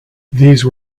these